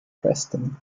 preston